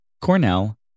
Cornell